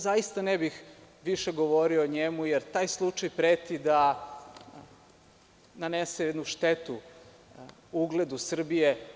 Zaista ne bih više govorio o njemu, jer taj slučaj preti da nanese jednu štetu ugledu Srbije.